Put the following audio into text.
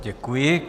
Děkuji.